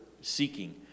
seeking